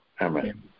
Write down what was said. amen